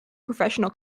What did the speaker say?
professional